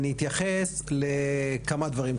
אני אתייחס לכמה דברים.